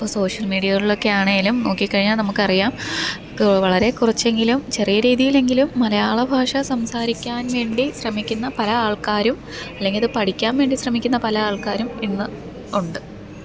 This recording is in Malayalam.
ഇപ്പം സോഷ്യൽ മീഡിയകളിലൊക്കെ ആണെങ്കിലും നോക്കിക്കഴിഞ്ഞാൽ നമുക്കറിയാം വളരെ കുറച്ചെങ്കിലും ചെറിയ രീതിയിലെങ്കിലും മലയാളഭാഷ സംസാരിക്കാൻ വേണ്ടി ശ്രമിക്കുന്ന പല ആൾക്കാരും ഇല്ലെങ്കിലത് പഠിക്കാൻ വേണ്ടി ശ്രമിക്കുന്ന പല ആൾക്കാരും ഇന്ന് ഉണ്ട്